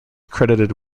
credited